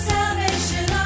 Salvation